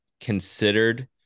considered